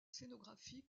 scénographie